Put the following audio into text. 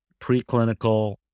preclinical